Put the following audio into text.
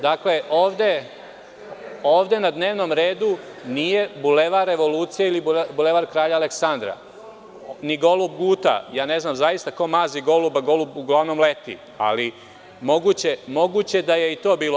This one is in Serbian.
Dakle, ovde na dnevnom redu nije Bulevar Revolucije, ili Bulevar Kralja Aleksandra, ni golub Guta, ja zaista ne znam ko mazi goluba, golub uglavnom leti, ali moguće da je i to bilo.